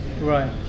Right